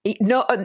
No